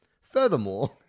Furthermore